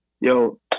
yo